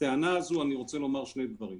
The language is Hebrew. המדינה בבידוד,